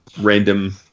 random